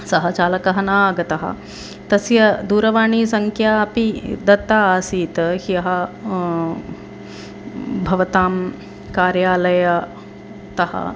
सः चालकः न आगतः तस्य दूरवाणीसङ्ख्या अपि दत्ता आसीत् ह्यः भवतां कार्यालयतः